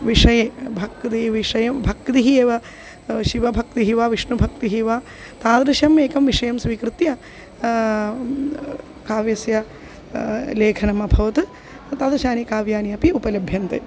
विषये भक्तिविषयं भक्तिः एव शिवभक्तिः वा विष्णुभक्तिः वा तादृशम् एकं विषयं स्वीकृत्य काव्यस्य लेखनम् अभवत् तादृशानि काव्यानि अपि उपलभ्यन्ते